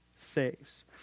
saves